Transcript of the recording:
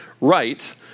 right